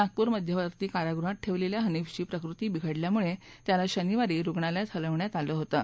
नागपूर मध्यवर्ती कारागृहात ठेवलेल्या हनिफची प्रकृती बिघडल्यामुळं त्याला शनिवारी रुग्णालयात हलवण्यात आलं होतं